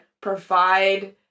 provide